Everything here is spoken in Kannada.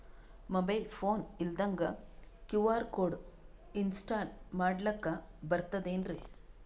ಮೊಬೈಲ್ ಫೋನ ಇಲ್ದಂಗ ಕ್ಯೂ.ಆರ್ ಕೋಡ್ ಇನ್ಸ್ಟಾಲ ಮಾಡ್ಲಕ ಬರ್ತದೇನ್ರಿ?